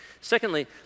Secondly